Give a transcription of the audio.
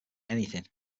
anything